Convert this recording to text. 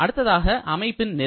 அடுத்ததாக அமைப்பின் நிலை